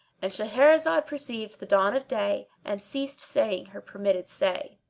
and shahrazad perceived the dawn of day and ceased saying her permitted say.